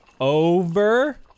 Over